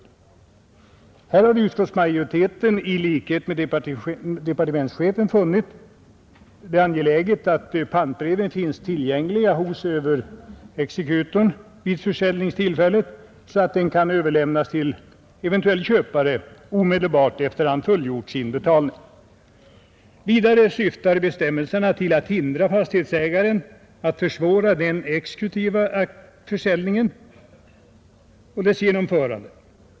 Utskottsmajoriteten har i likhet med departementschefen funnit det angeläget att pantbreven finns tillgängliga hos överexekutorn vid försäljningstillfället så att de kan överlämnas till eventuell köpare omedelbart efter att han fullgjort sin betalning. Vidare syftar bestämmelserna till att hindra fastighetsägaren från att försvåra den exekutiva försäljningen och dess genomförande.